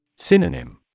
Synonym